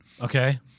Okay